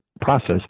process